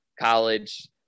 college